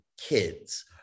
kids